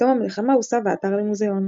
בתום המלחמה הוסב האתר למוזיאון.